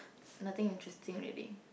nothing interesting already